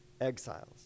exiles